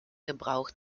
gebrauch